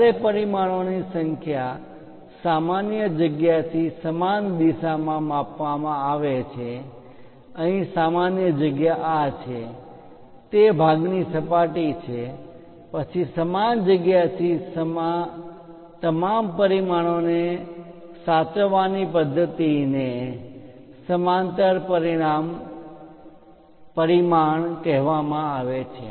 જ્યારે પરિમાણોની સંખ્યા સામાન્ય જગ્યાથી સમાન દિશામાં માપવામાં આવે છે અહીં સામાન્ય જગ્યા આ છે તે ભાગ ની સપાટી છે પછી સમાન જગ્યાથી તમામ પરિમાણો સાચવવાની પદ્ધતિ ને સમાંતર પરિમાણ કહેવામાં આવે છે